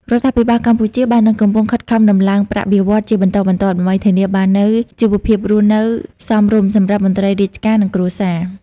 រដ្ឋាភិបាលកម្ពុជាបាននឹងកំពុងខិតខំដំឡើងប្រាក់បៀវត្សរ៍ជាបន្តបន្ទាប់ ដើម្បីធានាបាននូវជីវភាពរស់នៅសមរម្យសម្រាប់មន្ត្រីរាជការ និងគ្រួសារ។